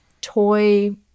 toy